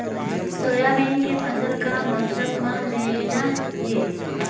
Soybean के फसल का मौसम म लेना ये?